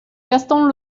gaston